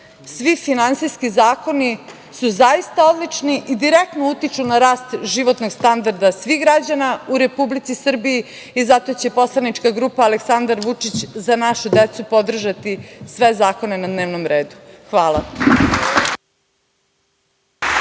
finansijski zakoni su zaista odlični i direktno utiču na rast životnog standarda svih građana u Republici Srbiji. Zato će poslanička grupa Aleksandar Vučić – Za našu decu, podržati sve zakone na dnevnom redu. Hvala.